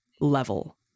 level